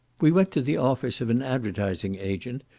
we went to the office of an advertising agent,